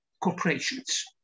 corporations